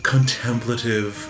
Contemplative